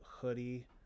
hoodie